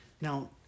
Now